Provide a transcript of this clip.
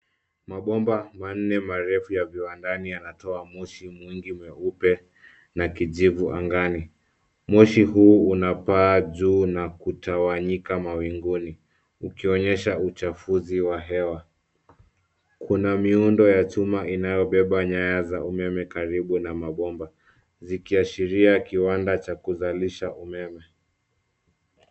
Mabomba manne marefu ya viwandani yanatoa moshi mwingi mweupe na kijivu angani. Moshi huu unapaa juu na kutawanyika mawinguni, ukionyesha uchafuzi wa hewa. Kuna miundo ya chuma inayobeba nyaya za umeme karibu na mabomba, zikiashiria kiwanda cha kuzalisha umeme.